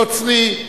נוצרי,